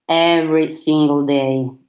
every single day,